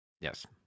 Yes